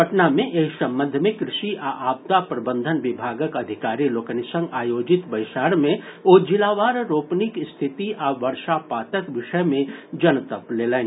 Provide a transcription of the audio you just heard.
पटना मे एहि संबंध मे कृषि आ आपदा प्रबंधन विभागक अधिकारी लोकनि संग आयोजित बैसार मे ओ जिलावार रोपनीक स्थिति आ वर्षापातक विषय मे जनतब लेलनि